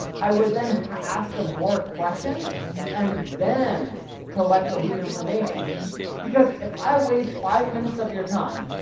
i would then ask them more questions and then collect the lead information because if i waste five minutes of your time,